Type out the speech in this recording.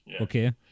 Okay